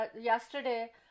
yesterday